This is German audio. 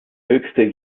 höchste